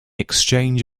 exchange